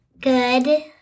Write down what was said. Good